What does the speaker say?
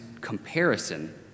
comparison